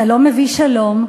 אתה לא מביא שלום,